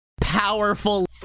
Powerful